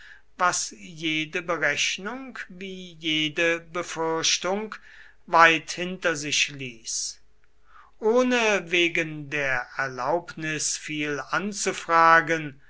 was jede berechnung wie jede befürchtung weit hinter sich ließ ohne wegen der erlaubnis viel anzufragen